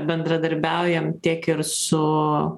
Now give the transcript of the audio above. bendradarbiaujam tiek ir su